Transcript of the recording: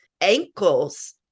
ankles